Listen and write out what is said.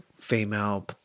female